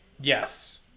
Yes